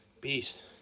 Beast